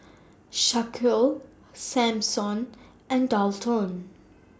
Shaquille Samson and Daulton